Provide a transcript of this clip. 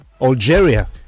Algeria